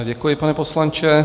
Děkuji, pane poslanče.